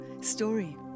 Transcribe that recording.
story